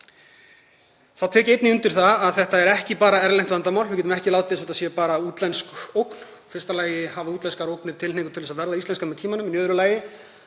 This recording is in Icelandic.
Þá tek ég einnig undir það að þetta er ekki bara erlent vandamál. Við getum ekki látið eins og það sé bara útlensk ógn. Í fyrsta lagi hafa útlenskar ógnir tilhneigingu til að verða íslenskar með tímanum. Í öðru lagi